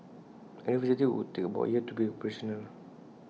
A new facility would take about A year to be operational